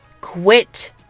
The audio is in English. quit